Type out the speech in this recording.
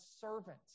servant